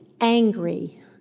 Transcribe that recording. angry